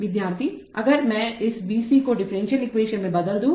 विद्यार्थी अगर मैं इस V C को डिफरेंशियल इक्वेशन में बदल दूं